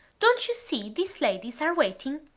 don't you see these ladies are waiting?